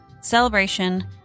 celebration